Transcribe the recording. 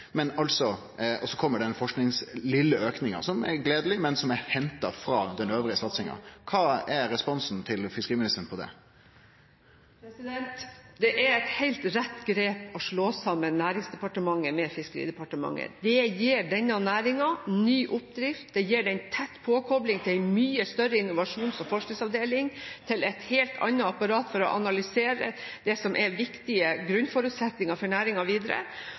men som er henta frå . Kva er responsen til fiskeriministeren på det? Det er et helt riktig grep å slå sammen Næringsdepartementet og Fiskeridepartementet. Det gir denne næringen ny oppdrift, det gir den en tett påkobling til en mye større innovasjons- og forskningsavdeling og til et helt annet apparat for å analysere det som er viktige grunnforutsetninger for næringen videre.